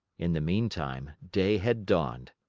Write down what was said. in the meantime day had dawned.